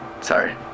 sorry